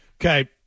Okay